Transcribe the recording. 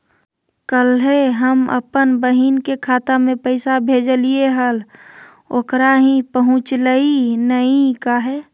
कल्हे हम अपन बहिन के खाता में पैसा भेजलिए हल, ओकरा ही पहुँचलई नई काहे?